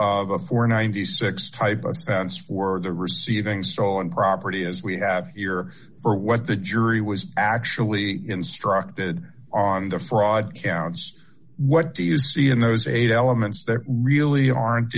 core ninety six type of or the receiving stolen property as we have here for what the jury was actually instructed on the fraud what do you see in those eight elements that really aren't